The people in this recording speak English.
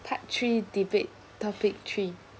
part three debate topic three